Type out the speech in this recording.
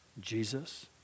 Jesus